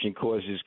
causes